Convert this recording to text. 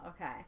Okay